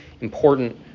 important